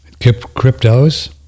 cryptos